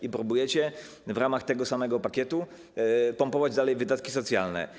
Bo wy próbujecie w ramach tego samego pakietu pompować dalej wydatki socjalne.